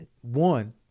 one